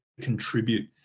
contribute